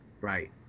Right